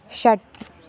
षट्